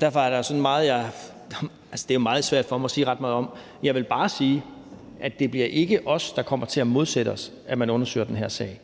Derfor er der meget, det er meget svært for mig at sige ret meget om. Jeg vil bare sige, at det ikke bliver os, der kommer til at modsætte sig, at man undersøger den her sag.